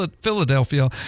Philadelphia